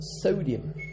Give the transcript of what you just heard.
sodium